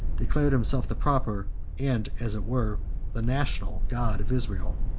declared himself the proper and as it were the national god of israel